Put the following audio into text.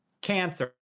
cancer